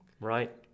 Right